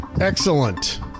Excellent